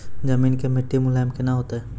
जमीन के मिट्टी मुलायम केना होतै?